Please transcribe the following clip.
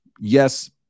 Yes